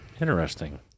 interesting